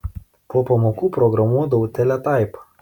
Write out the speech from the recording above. po pamokų programuodavo teletaipą